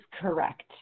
correct